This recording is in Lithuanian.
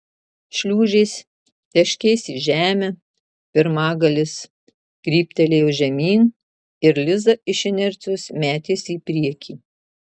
šliūžės teškės į žemę pirmgalis kryptelėjo žemyn ir liza iš inercijos metėsi į priekį